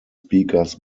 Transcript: speakers